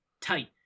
tight